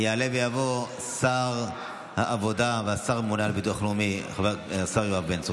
יעלה ויבוא שר העבודה והשר הממונה על הביטוח הלאומי השר יואב בן צור,